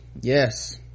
Yes